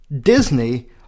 Disney